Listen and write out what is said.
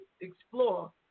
explore